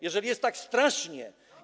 Jeżeli jest tak strasznie.